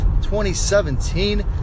2017